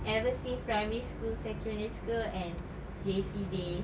ever since primary school secondary school and J_C days